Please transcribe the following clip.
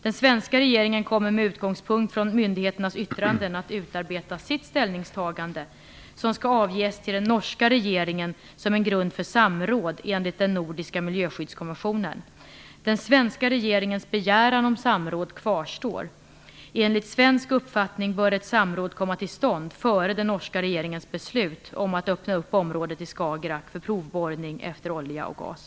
Den svenska regeringen kommer med utgångspunkt från myndigheternas yttranden att utarbeta sitt ställningstagande, vilket skall avges till den norska regeringen som en grund för samråd enligt den nordiska miljöskyddskonventionen. Den svenska regeringens begäran om samråd kvarstår. Enligt svensk uppfattning bör ett samråd komma till stånd före den norska regeringens beslut om att öppna området i Skagerrak för provborrning efter olja och gas.